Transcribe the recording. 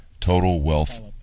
totalwealth